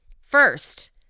first